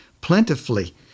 plentifully